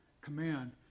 command